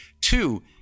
Two